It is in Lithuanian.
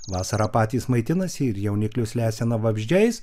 vasarą patys maitinasi ir jauniklius lesina vabzdžiais